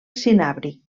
cinabri